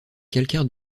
calcaires